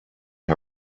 her